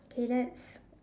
K let's